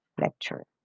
lecture